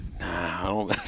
Nah